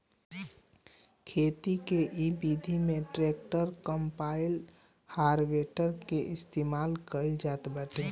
खेती के इ विधि में ट्रैक्टर, कम्पाईन, हारवेस्टर के इस्तेमाल कईल जात बाटे